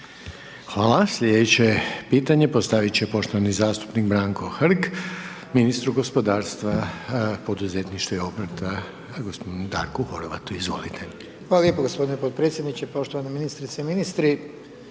Hvala, slijedeće pitanje postavit će poštovani zastupnik Branko Hrg, ministru gospodarstva, poduzetništva i obrta gospodinu Darku Horvatu. Izvolite. **Hrg, Branko (HDS)** Hvala lijepo gospodine podpredsjedniče, poštovana ministrice i ministri,